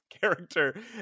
character